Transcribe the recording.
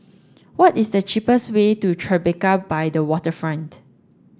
what is the cheapest way to Tribeca by the Waterfront